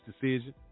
decision